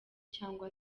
cyangwa